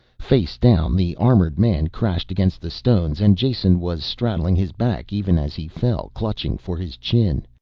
face down the armored man crashed against the stones and jason was straddling his back even as he fell, clutching for his chin.